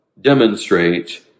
demonstrate